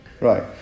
Right